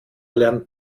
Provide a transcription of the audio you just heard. lernt